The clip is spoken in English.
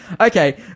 Okay